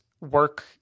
work